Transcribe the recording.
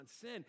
sin